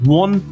one